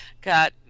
got